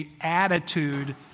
attitude